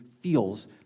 feels